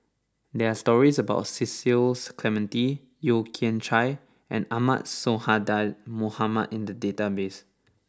there are stories about Cecil Clementi Yeo Kian Chai and Ahmad Sonhadji Mohamad in the database